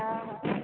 हाँ हाँ